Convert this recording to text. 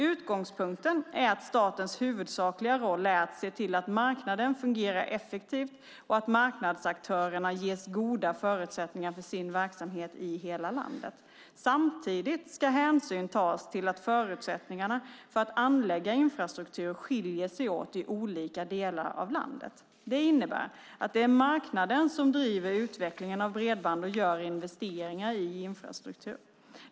Utgångspunkten är att statens huvudsakliga roll är att se till att marknaden fungerar effektivt och att marknadsaktörerna ges goda förutsättningar för sin verksamhet i hela landet. Samtidigt ska hänsyn tas till att förutsättningarna för att anlägga infrastruktur skiljer sig åt i olika delar av landet. Det innebär att det är marknaden som driver utvecklingen av bredband och gör investeringar i infrastruktur.